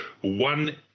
one